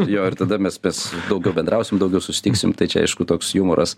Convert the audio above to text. jo ir tada mes mes daugiau bendrausim daugiau susitiksim tai čia aišku toks jumoras